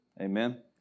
Amen